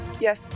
Yes